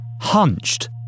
hunched